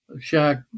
shack